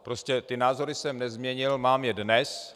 Prostě názory jsem nezměnil, mám je dnes.